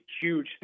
huge